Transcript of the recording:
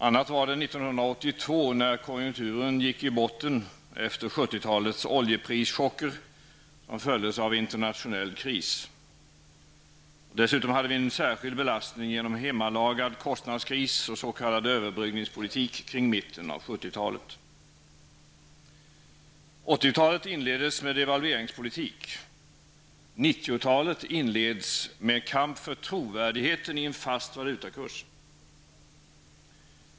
Annat var det 1982, när konjunkturen gick i botten efter 1970-talets oljeprischocker, som följdes av internationell kris. Dessutom hade vi en särskild belastning genom hemmalagad kostnadskris och s.k. överbryggningspolitik kring mitten av 1970 1980-talet inleddes med devalveringspolitik. 1990 talet inleds med kamp för trovärdigheten i en fast valutakurs.